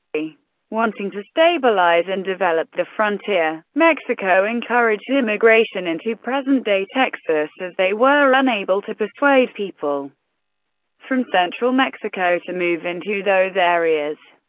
wanting to stabilize and develop the frontier, mexico encouraged immigration into present-day texas, as they were unable to persuade people from central mexico to move into those areas.